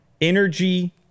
Energy